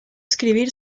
escribir